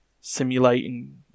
simulating